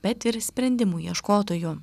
bet ir sprendimų ieškotoju